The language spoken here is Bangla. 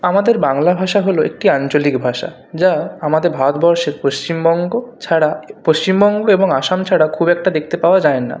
আমাদের বাংলা ভাষা হল একটি আঞ্চলিক ভাষা যা আমাদের ভারতবর্ষের পশ্চিমবঙ্গ ছাড়া পশ্চিমবঙ্গ এবং আসাম ছাড়া খুব একটা দেখতে পাওয়া যায় না